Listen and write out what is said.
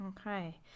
okay